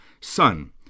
sun